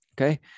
okay